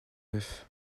neuf